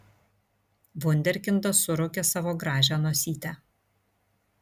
vunderkindas suraukė savo gražią nosytę